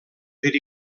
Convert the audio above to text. per